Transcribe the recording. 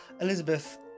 Elizabeth